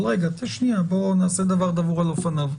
אבל רגע, שנייה, נעשה דבר דבור על אופניו.